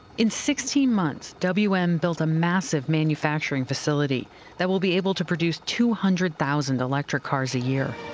in sixteen months, wm built a massive manufacturing facility that will be able to produce two hundred thousand electric cars a year.